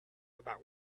about